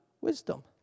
wisdom